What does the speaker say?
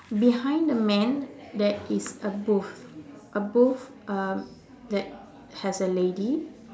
behind the man there is a booth a booth um that has a lady